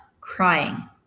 crying